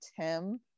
Tim